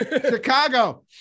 Chicago